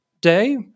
day